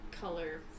color